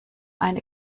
eine